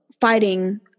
fighting